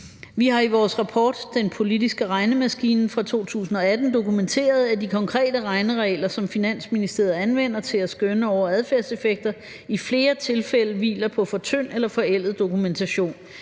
Vi har i vores rapport »Den politiske regnemaskine« fra 2018 dokumenteret, at de konkrete regneregler, som Finansministeriet anvender til at skønne over adfærdseffekter, i flere tilfælde hviler på for tynd eller forældet dokumentation.